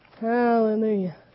Hallelujah